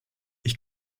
ich